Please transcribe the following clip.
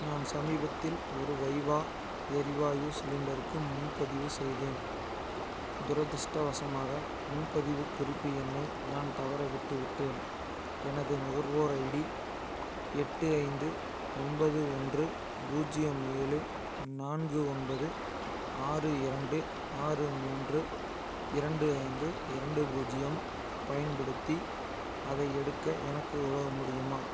நான் சமீபத்தில் ஒரு வைவா எரிவாயு சிலிண்டருக்கு முன்பதிவு செய்தேன் துரதிஷ்டவசமாக முன்பதிவு குறிப்பு எண்ணை நான் தவற விட்டுவிட்டேன் எனது நுகர்வோர் ஐடி எட்டு ஐந்து ஒன்பது ஒன்று பூஜ்ஜியம் ஏழு நான்கு ஒன்பது ஆறு இரண்டு ஆறு மூன்று இரண்டு ஐந்து இரண்டு பூஜ்ஜியம் பயன்படுத்தி அதை எடுக்க எனக்கு உதவ முடியுமா